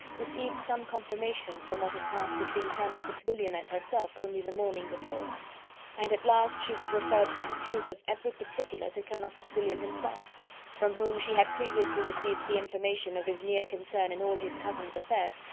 received some confirmation from what had passed between colonel fitzwilliam and herself only the morning before and at last she was referred for the truth of every particular to colonel fitzwilliam himself from whom she had previously received the information of his near concern in all his cousin's affairs,